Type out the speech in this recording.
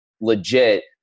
legit